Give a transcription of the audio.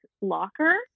locker